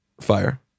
Fire